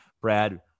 Brad